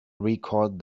recalled